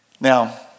Now